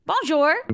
Bonjour